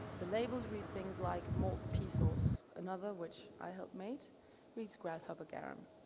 the labels read things like malt pea sauce. another which i helped make reads grasshopper garum.